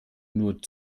nur